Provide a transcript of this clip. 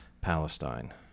Palestine